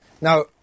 Now